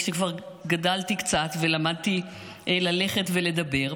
כשכבר גדלתי קצת ולמדתי ללכת ולדבר,